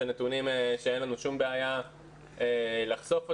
אלה נתונים שאין לנו שום בעיה לחשוף אותם.